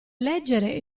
leggere